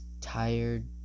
tired